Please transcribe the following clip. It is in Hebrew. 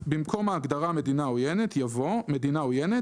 (6) "במקום ההגדרה "מדינה עוינת" יבוא: ""מדינה עוינת"